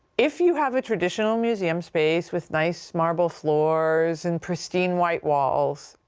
if you have a traditional museum space with nice marbled floors and pristine white walls,